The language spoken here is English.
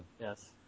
Yes